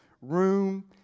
room